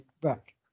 back